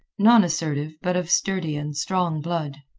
nonassertive but of sturdy and strong blood.